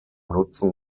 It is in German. nutzen